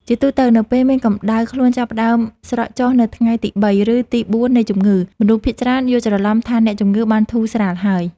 ជាទូទៅ នៅពេលដែលកម្តៅខ្លួនចាប់ផ្តើមស្រកចុះនៅថ្ងៃទីបី ឬទីបួននៃជំងឺ មនុស្សភាគច្រើនយល់ច្រឡំថាអ្នកជំងឺបានធូរស្រាលហើយ។